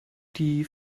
die